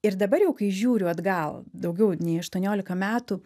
ir dabar jau kai žiūriu atgal daugiau nei aštuoniolika metų